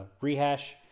rehash